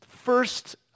first